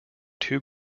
two